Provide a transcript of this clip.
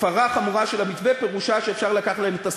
הפרה חמורה של המתווה פירושה שאפשר לקחת להם את השדה.